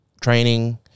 training